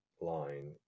line